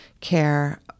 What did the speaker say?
care